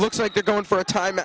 looks like they're going for a time